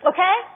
Okay